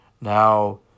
Now